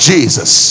Jesus